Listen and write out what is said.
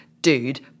dude